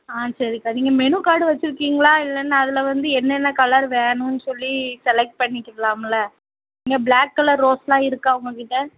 ஆ சரிக்கா நீங்கள் menu card வைச்சிருக்கீங்களா இல்லைன்னா அதில் வந்து என்னென்ன கலர் வேணும்னு சொல்லி செலெக்ட் பண்ணிக்கலாம்ல இங்கே பிளாக் கலர் ரோஸ்லாம் இருக்கா உங்கள் கிட்டே